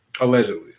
Allegedly